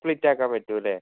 split ആക്കാൻ പറ്റുമല്ലേ